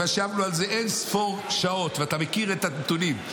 ישבנו על זה אין-ספור שעות, ואתה מכיר את הנתונים.